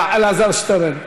אלעזר שטרן,